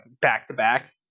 back-to-back